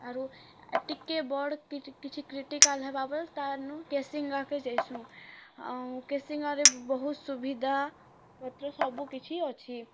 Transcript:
ଆରୁ ଏ ଟିକେ ବଡ଼ କିଛି କ୍ରିଟିକାଲ୍ ହେବା ବେଲେ ତାରନୁ କେସିଙ୍ଗାକେ ଜେଏସୁଁ ଆଉ କେସିଙ୍ଗାରେ ବହୁତ ସୁବିଧା ପତ୍ର ସବୁକିଛି ଅଛି